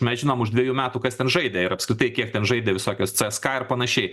mes žinom už dvejų metų kas ten žaidė ir apskritai kiek ten žaidė visokios cska ir panašiai